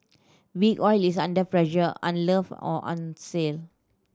Big Oil is under pressure unloved or on sale